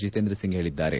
ಜಿತೇಂದ್ರ ಸಿಂಗ್ ಹೇಳಿದ್ದಾರೆ